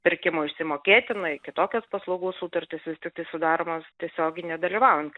pirkimo išsimokėtinai kitokios paslaugų sutartys vis tiktai sudaromos tiesiogiai nedalyvaujant